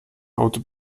auto